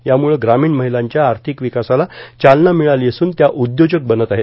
यामुळं ग्रामीण महिलांच्या आर्थिक विकासाला चालना मिळाली असून त्या उद्योजक बनत आहेत